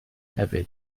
hefyd